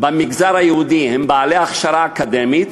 במגזר היהודי הם בעלי הכשרה אקדמית,